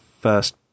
first